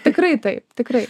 tikrai taip tikrai